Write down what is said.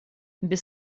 без